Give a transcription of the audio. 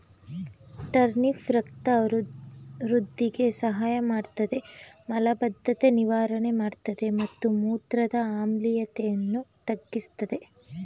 turnip ರಕ್ತ ವೃಧಿಗೆ ಸಹಾಯಮಾಡ್ತದೆ ಮಲಬದ್ಧತೆ ನಿವಾರಣೆ ಮಾಡ್ತದೆ ಮತ್ತು ಮೂತ್ರದ ಆಮ್ಲೀಯತೆಯನ್ನು ತಗ್ಗಿಸ್ತದೆ